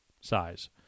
size